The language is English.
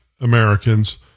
Americans